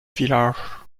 village